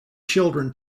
children